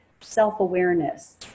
self-awareness